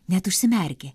net užsimerkė